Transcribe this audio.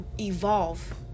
evolve